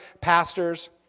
pastors